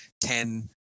ten